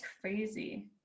crazy